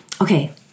Okay